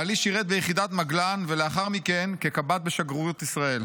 בעלי שירת ביחידת מגלן ולאחר מכן כקב"ט בשגרירות ישראל.